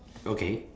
okay